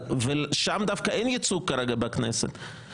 ושם דווקא אין ייצוג כרגע של הכנסת.